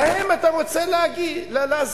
להם אתה רוצה לעזור.